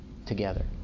Together